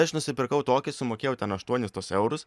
aš nusipirkau tokį sumokėjau ten aštuonis tuos eurus